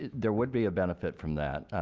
there would be a benefit from that.